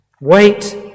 Wait